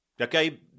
okay